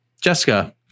Jessica